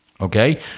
okay